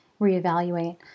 reevaluate